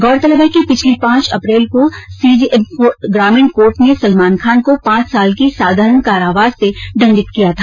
गौरतलब है कि पिछली पांच अप्रेल को सीजेएम ग्रामीण कोर्ट ने सलमान खान को पांच साल की साधारण कारावास से दंडित किया था